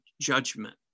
judgment